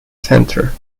centre